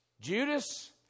Judas